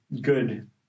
good